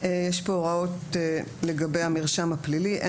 מרשם פלילי6.